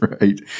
right